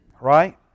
Right